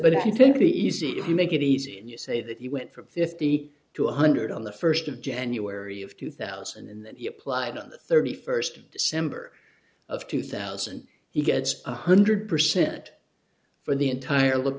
it easy if you make it easy and you say that you went from fifty to one hundred on the first of january of two thousand and that he applied on the thirty first of december of two thousand he gets one hundred percent for the entire